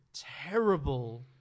Terrible